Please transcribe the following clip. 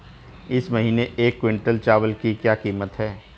इस महीने एक क्विंटल चावल की क्या कीमत है?